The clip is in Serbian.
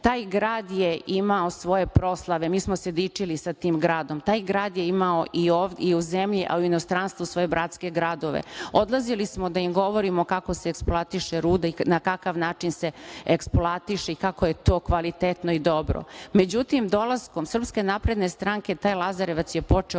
Taj grad je imao svoje proslave, mi smo se dičili tim gradom. Taj grad je imao i u zemlji, a i u inostranstvu svoje bratske gradove. Odlazili smo da im govorimo kako se eksploatiše ruda i na kakav način se eksploatiše i kako je to kvalitetno i dobro.Međutim, dolaskom SNS, taj Lazarevac je počeo